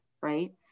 right